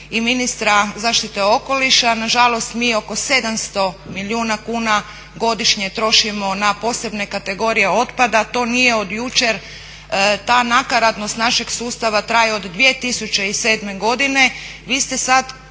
i ministra zaštite okoliša. Nažalost, mi oko 700 milijuna kuna trošimo na posebne kategorije otpada. To nije od jučer, ta nakaradnost našeg sustava traje od 2007. godine.